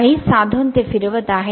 काही साधन ते फिरवत आहेत